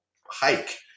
hike